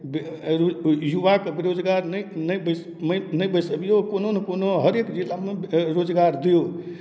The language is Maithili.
बे युवाके बेरोजगार नहि नहि बैसबियौ कोनो नहि कोनो हरेक जिलामे रो रोजगार दियौ